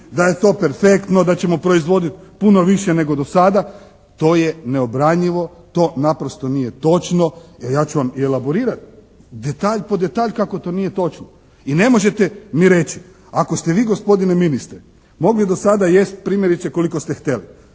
da je to perfektno. Da ćemo proizvoditi puno više nego do sada to je neobranjivo. To naprosto nije točno. Evo ja ću vam i elaborirati detalj po detalj kako to nije točno. I ne možete mi reći ako ste vi gospodine ministre mogli do sada jesti primjerice koliko ste htjeli